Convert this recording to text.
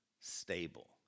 stable